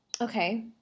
Okay